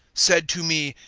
said to me,